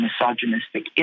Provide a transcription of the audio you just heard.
misogynistic